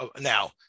now